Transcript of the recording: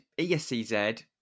ESCZ